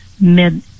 mid